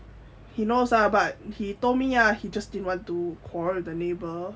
he knows ah but he told ah he just didn't want to quarrel with the neighbour